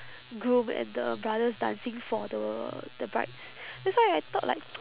groom and the brothers dancing for the the brides that's why I thought like